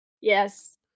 Yes